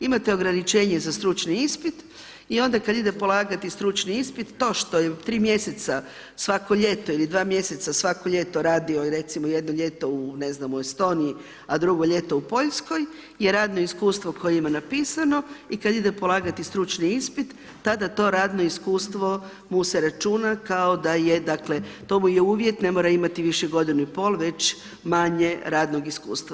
Imate ograničenje za stručni ispit i onda kada ide polagati stručni ispit to što je u tri mjeseca svako ljeto ili dva mjeseca svako ljeto radio recimo jedno ljeto u Estoniji, a drugo ljeto u Poljskoj je radno iskustvo koje ima napisano i kada ide polagati stručni ispit tada to radno iskustvo mu se računa kao da je dakle to mu je uvjet ne mora imati više godinu i pol već manje radnog iskustva.